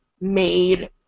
made